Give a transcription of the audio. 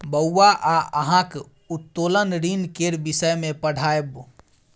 बौआ आय अहाँक उत्तोलन ऋण केर विषय मे पढ़ायब